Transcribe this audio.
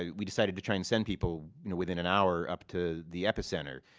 ah we decided to try and send people within an hour up to the epicenter,